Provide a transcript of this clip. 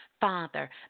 father